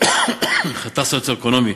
חתך סוציו-אקונומי